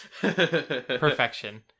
perfection